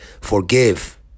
Forgive